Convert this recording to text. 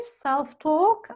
self-talk